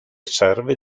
serve